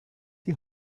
die